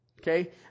okay